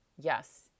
yes